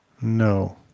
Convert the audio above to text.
No